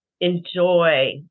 enjoy